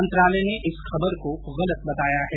मंत्रालय ने इस खबर को गलत बताया है